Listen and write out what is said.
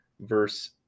verse